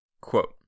Quote